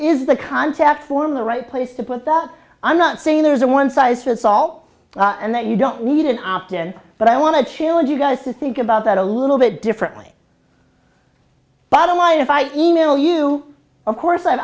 or is the contact form the right place to put that i'm not saying there's a one size fits all and that you don't need an opt in but i want to challenge you guys to think about that a little bit differently bottom line if i email you of course i